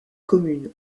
commune